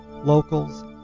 locals